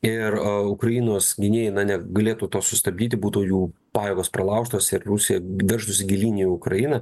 ir ukrainos gynėjai negalėtų to sustabdyti būtų jų pajėgos pralaužtos ir rusija veržtųsi gilyn į ukrainą